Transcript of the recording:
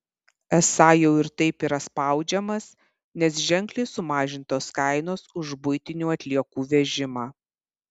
esą jau ir taip yra spaudžiamas nes ženkliai sumažintos kainos už buitinių atliekų vežimą